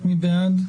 מי בעד?